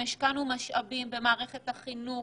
השקענו משאבים במערכת החינוך,